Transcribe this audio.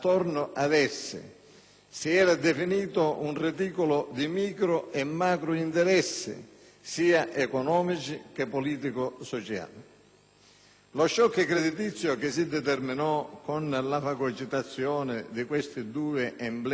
si era definito un reticolo di micro e macro interessi, sia economici che politico‑sociali. Lo *shock* creditizio che si determinò con la fagocitazione di questi due emblemi della Sicilia